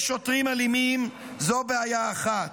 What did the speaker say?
יש שוטרים אלימים, זו בעיה אחת,